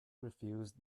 refused